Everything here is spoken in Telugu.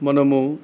మనము